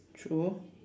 true